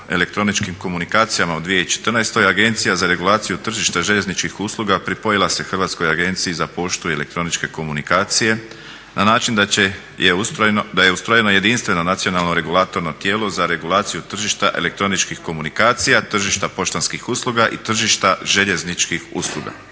elektroničkim komunikacijama u 2014. Agencija za regulaciju tržišta željezničkih usluga pripojila se Hrvatskoj agenciji za poštu i elektroničke komunikacije na način da je ustrojeno jedinstveno nacionalno regulatorno tijelo za regulaciju tržišta elektroničkih komunikacija, tržišta poštanskih usluga i tržišta željezničkih usluga.